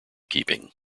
keeping